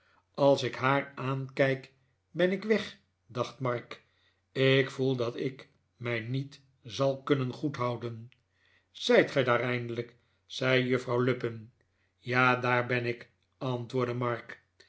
als ik haar aankijk ben ik weg dacht mark ik voel dat ik mij niet zal kunnen goedhouden zijt gij daar eindelijk zei juffrouw lupin ja daar ben ik antwoordde mark